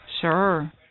Sure